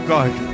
God